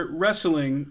wrestling